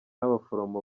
abaforomo